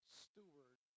steward